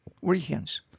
Weekends